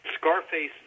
Scarface